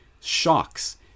shocks